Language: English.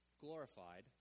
Glorified